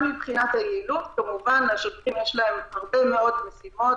גם מבחינה היעילות כמובן שלשוטרים יש הרבה מאוד משימות,